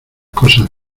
cosas